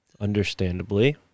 Understandably